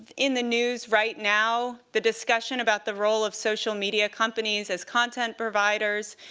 in the news right now, the discussion about the role of social media companies as content providers,